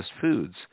foods